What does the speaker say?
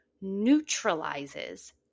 neutralizes